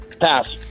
pass